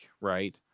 right